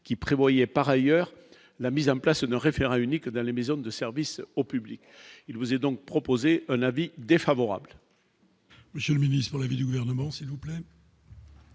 qui prévoyait par ailleurs la mise en place ne référez unique dans les maisons de service au public, il vous est donc proposé un avis défavorable. Monsieur le ministre, l'avis du gouvernement, s'il vous plaît.